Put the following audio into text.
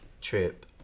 Trip